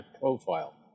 profile